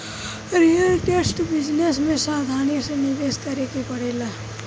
real estate business में सावधानी से निवेश करे के पड़ेला